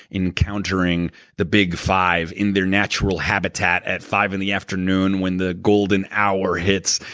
encountering the big five in their natural habitat at five in the afternoon when the golden hour hits.